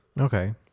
Okay